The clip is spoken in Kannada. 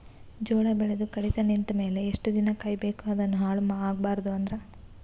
ಜೋಳ ಬೆಳೆದು ಕಡಿತ ನಿಂತ ಮೇಲೆ ಎಷ್ಟು ದಿನ ಕಾಯಿ ಬೇಕು ಅದನ್ನು ಹಾಳು ಆಗಬಾರದು ಅಂದ್ರ?